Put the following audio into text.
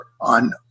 on